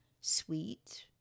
sweet